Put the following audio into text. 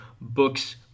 Book's